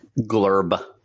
Glurb